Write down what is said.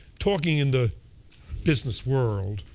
talking in the business world,